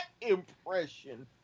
impression